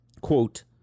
Quote